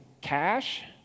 cash